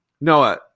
Noah